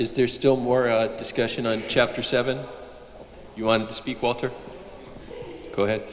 is there still more discussion on chapter seven you want to speak water go ahead